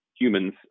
humans